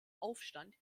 aufstand